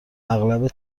اغلب